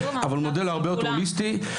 אבל מודל הרבה יותר הוליסטי.